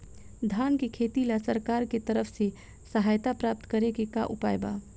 धान के खेती ला सरकार के तरफ से सहायता प्राप्त करें के का उपाय बा?